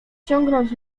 ciągnąć